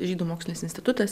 žydų mokslinis institutas